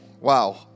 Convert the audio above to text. Wow